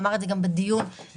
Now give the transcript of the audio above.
אמר את זה גם בדיון הקודם,